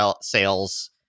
sales